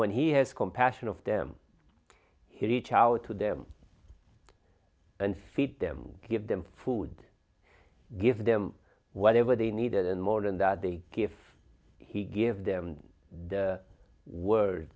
when he has compassion of them he reach out to them and feed them give them food give them whatever they need and more than that they if he give them the word